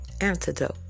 antidote